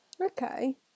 okay